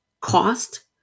cost